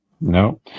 no